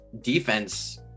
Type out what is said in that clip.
defense